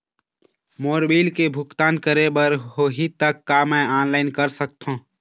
मोर bill के भुगतान करे बर होही ता का मैं ऑनलाइन कर सकथों?